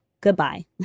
goodbye